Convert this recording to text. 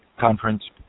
conference